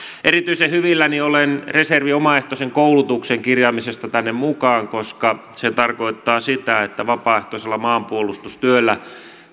erityisen hyvilläni olen reservin omaehtoisen koulutuksen kirjaamisesta tänne mukaan koska se tarkoittaa sitä että vapaaehtoisella maanpuolustustyöllä